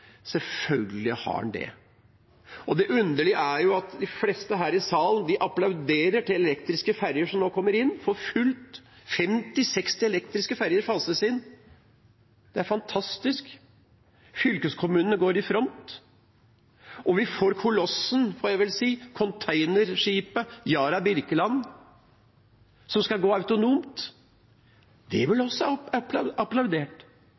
Selvfølgelig har den det. Og det underlige er jo at de fleste her i salen applauderer de elektriske ferjene som nå kommer inn for fullt – 50–60 elektriske ferjer fases inn. Det er fantastisk. Fylkeskommunene går i front. Vi får også kolossen – får jeg vel si – containerskipet Yara Birkeland som skal gå autonomt. Det blir også applaudert!